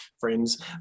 friends